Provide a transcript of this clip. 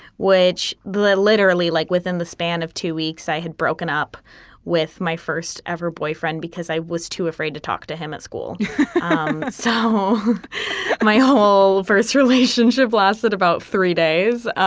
which literally like within the span of two weeks, i had broken up with my first ever boyfriend because i was too afraid to talk to him at school so um my whole first relationship lasted about three days.